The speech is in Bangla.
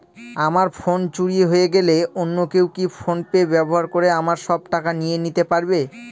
আমার ফোন চুরি হয়ে গেলে অন্য কেউ কি ফোন পে ব্যবহার করে আমার সব টাকা নিয়ে নিতে পারবে?